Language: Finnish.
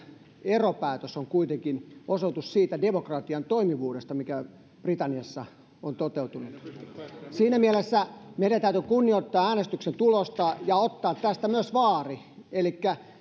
eropäätös on kuitenkin osoitus siitä demokratian toimivuudesta mikä britanniassa on toteutunut siinä mielessä meidän täytyy kunnioittaa äänestyksen tulosta ja ottaa tästä myös vaari elikkä